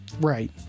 Right